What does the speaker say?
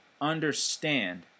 understand